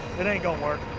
it ain't gon' work.